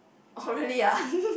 oh really ah